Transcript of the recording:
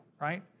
right